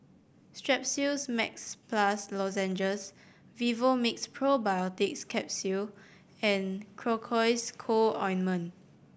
Strepsils Max Plus Lozenges Vivomixx Probiotics Capsule and Cocois Co Ointment